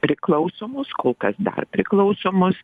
priklausomos kol kas dar priklausomos